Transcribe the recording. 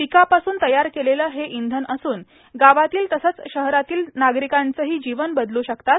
पिकापासून तयार केलेलं हे इंधन असून गावातील तसंच शहरातील नागरिकांचंही जीवन बदलू शकतात